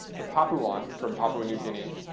the papuan from papua new guinea,